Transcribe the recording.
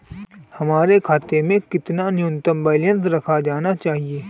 मेरे खाते में कितना न्यूनतम बैलेंस रखा जाना चाहिए?